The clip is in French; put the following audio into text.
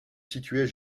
situait